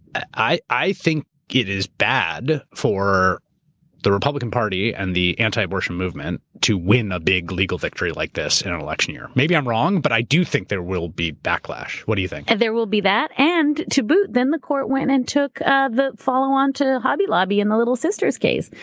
i i think it is bad for the republican party and the anti-abortion movement to win a big legal victory like this in an election year. maybe i'm wrong, but i do think there will be backlash. what do you think? there will be that and to boot, then the court went and took ah the follow on to hobby lobby and the little sisters case.